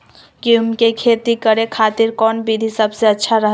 गेहूं के खेती करे खातिर कौन विधि सबसे अच्छा रहतय?